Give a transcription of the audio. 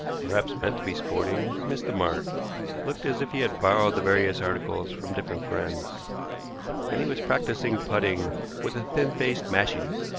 perhaps meant to be sporting, missed the mark looked as if he had borrowed the various articles from different friends and he was practicing putting with a thin-faced mashie,